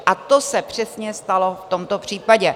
A to se přesně stalo v tomto případě.